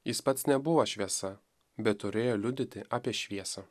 jis pats nebuvo šviesa bet turėjo liudyti apie šviesą